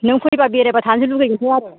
नों फैबा बेरायबाय थानोसो लुगैगोनथ' आरो